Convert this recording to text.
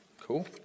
Cool